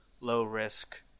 low-risk